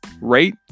rate